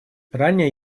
ранее